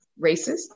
racist